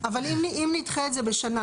אבל אם נדחה את זה בשנה,